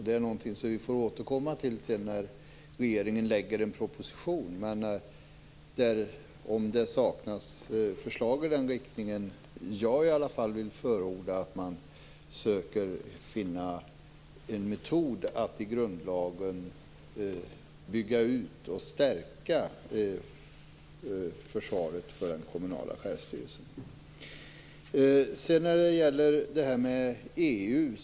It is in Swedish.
Det är någonting som vi får återkomma till när regeringen lägger fram en proposition. Om det saknas förslag i den riktningen vill jag dock förorda att man söker finna en metod att i grundlagen bygga ut och stärka försvaret för den kommunala självstyrelsen. Sedan gäller det EU.